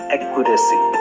Accuracy